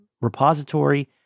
repository